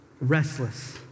restless